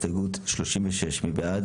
מי בעד